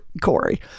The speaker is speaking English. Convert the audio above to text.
Corey